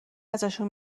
ازشون